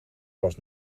was